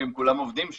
שהם כולם עובדים שם,